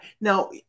Now